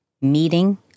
meeting